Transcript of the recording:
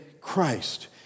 Christ